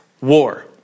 war